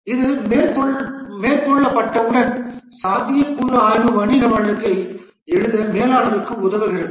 இது மேற்கொள்ளப்பட்டவுடன் சாத்தியக்கூறு ஆய்வு வணிக வழக்கை எழுத மேலாளருக்கு உதவுகிறது